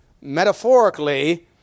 metaphorically